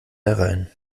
herein